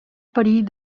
perill